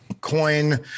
coin